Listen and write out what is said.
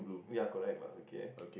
ya correct lah okay